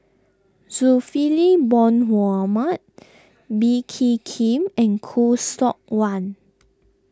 Zulkifli Bin Mohamed Bee Kee Khim and Khoo Seok Wan